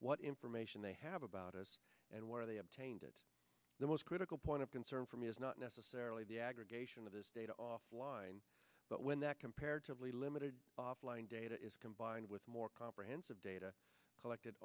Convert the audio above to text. what information they have about us and where they obtained it the most critical point of concern for me is not necessarily the aggregation of this data offline but when that comparatively limited offline data is combined with more comprehensive data collected